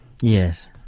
Yes